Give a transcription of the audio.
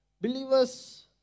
believers